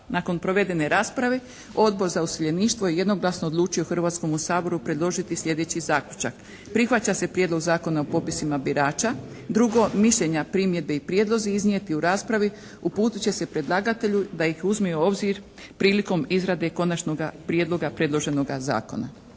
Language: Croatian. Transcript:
Nakon provedene rasprave Odbor za useljeništvo je jednoglasno odlučio Hrvatskome saboru predložiti sljedeći zaključak. Prihvaća se Prijedlog Zakona o popisima birača. Drugo, mišljenja, primjedbe i prijedlozi iznijeti u raspravi uputit će se predlagatelju da ih uzme u obzir prilikom izrade Konačnoga prijedloga predloženoga zakona.